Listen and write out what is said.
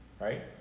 right